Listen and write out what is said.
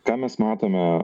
ką mes matome